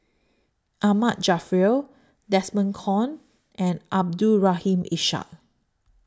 Ahmad Jaafar Desmond Kon and Abdul Rahim Ishak